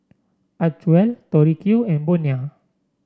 Acwell Tori Q and Bonia